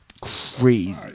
crazy